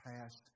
past